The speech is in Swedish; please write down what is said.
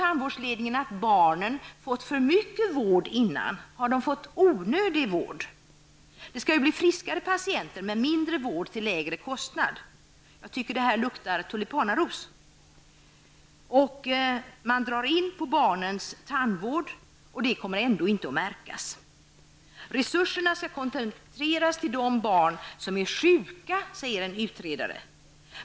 Meningen är att de skall bli friskare patienter med mindre vård och lägre kostnader. Jag tycker att detta luktar tulipanaros. Man drar in på barnens tandvård och det skall ändå inte märkas. Resurserna skall koncentreras till de barn som är sjuka, säger en utredare.